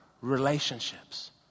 relationships